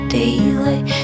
daylight